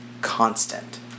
constant